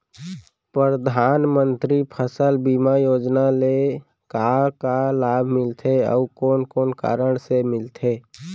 परधानमंतरी फसल बीमा योजना ले का का लाभ मिलथे अऊ कोन कोन कारण से मिलथे?